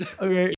Okay